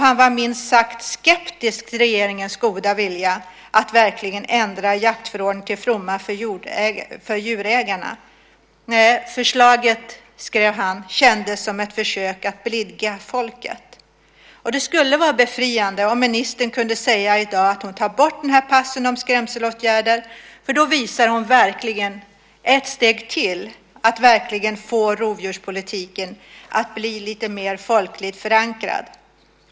Han var minst sagt skeptisk till regeringens goda vilja att verkligen ändra jaktförordningen till fromma för djurägarna. Han skrev att förslaget kändes som ett försök att blidka folket. Det skulle vara befriande om ministern i dag kunde säga att hon tar bort den här passusen om skrämselåtgärder, för då tar hon verkligen ett steg till för att få rovdjurspolitiken att bli lite mer folkligt förankrad.